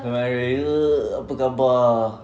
selamat hari raya apa khabar